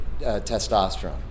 testosterone